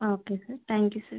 okay sir thank you sir